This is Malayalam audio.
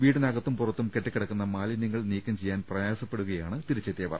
വീടിനകത്തും പുറത്തും കെട്ടിക്കി ടക്കുന്ന മാലിന്യങ്ങൾ നീക്കം ചെയ്യാൻ പ്രയാസപ്പെടുക യാണ് തിരിച്ചെത്തിയവർ